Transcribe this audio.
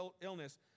illness